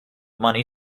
money